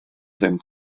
ddim